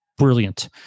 Brilliant